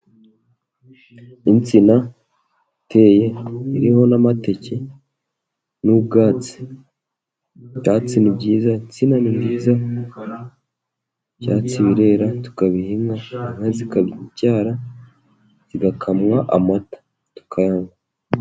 Insina iteye, iriho n'amateke n'ubwatsi, ibyatsi ni byiza, insina nziza, ibyatsi birera tukabiha inka, inka zikabyara, zigakamwa amata, tukayanywa.